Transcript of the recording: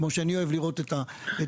כמו שאני אוהב לראות את הדברים.